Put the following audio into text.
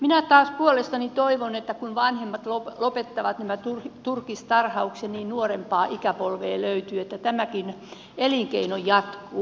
minä taas puolestani toivon että kun vanhemmat lopettavat tämän turkistarhauksen niin nuorempaa ikäpolvea löytyy niin että tämäkin elinkeino jatkuu